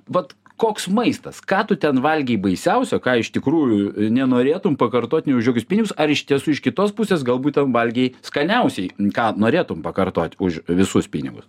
vat koks maistas ką tu ten valgei baisiausio ką iš tikrųjų nenorėtum pakartot ne už jokius pinigus ar iš tiesų iš kitos pusės galbūt ten valgei skaniausiai ką norėtum pakartot už visus pinigus